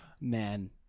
Man